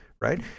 right